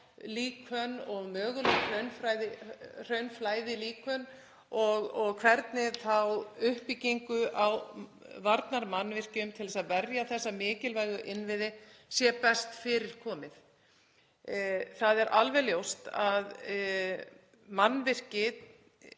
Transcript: líkön, möguleg hraunflæðilíkön og hvernig uppbyggingu á varnarmannvirkjum til að verja þessa mikilvægu innviði sé best fyrir komið. Það er alveg ljóst að mannvirkið